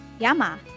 Yama